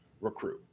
recruit